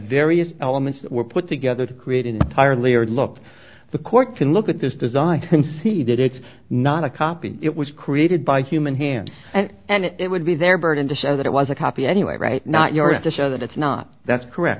various elements that were put together to create an entire layer look the court can look at this design can see that it's not a copy it was created by human hands and and it would be their burden to show that it was a copy anyway right not yours to show that it's not that's correct